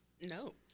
No